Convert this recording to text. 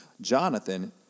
Jonathan